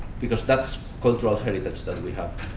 because that's cultural heritage that we have.